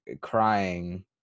crying